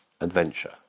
adventure